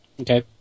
Okay